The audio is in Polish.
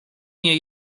nie